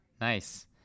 Nice